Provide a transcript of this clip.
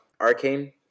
Arcane